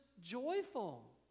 joyful